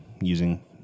using